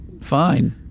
fine